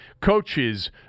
coaches